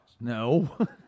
No